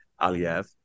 Aliyev